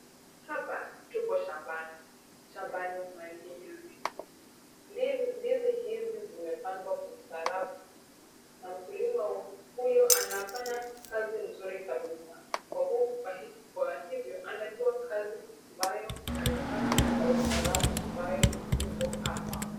Hapa, tupo shambani. Shambani mwa ndizi. Ndizi hizi zimepandwa kwa ustaarabu na mkulima huyo anafanya kazi nzuri kabisa. Kwa hivyo, anajua kazi ambayo anafanya na ustaarabu ambayo huko hapa.